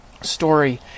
story